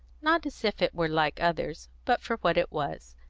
not as if it were like others, but for what it was.